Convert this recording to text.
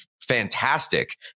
fantastic